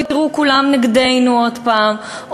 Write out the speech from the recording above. תראו כולם נגדנו עוד הפעם,